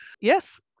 yes